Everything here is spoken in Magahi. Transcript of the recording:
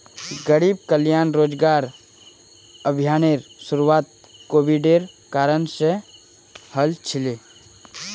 गरीब कल्याण रोजगार अभियानेर शुरुआत कोविडेर कारण से हल छिले